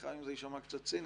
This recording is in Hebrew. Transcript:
וסליחה אם זה יישמע קצת ציני,